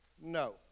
no